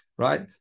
Right